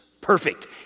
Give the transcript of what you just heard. perfect